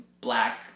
black